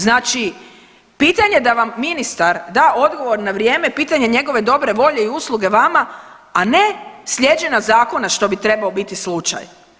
Znači pitanje da vam ministar da odgovor na vrijeme je pitanje njegove dobre volje i usluge vama, a ne slijeđenja zakona što bi trebao biti slučaj.